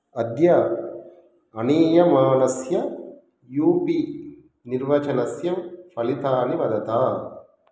अद्य अनीयमाणस्य U P निर्वचनस्य फलितानि वदत